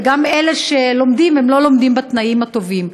וגם אלה שלומדים לא לומדים בתנאים הטובים.